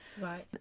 Right